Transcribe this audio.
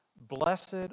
Blessed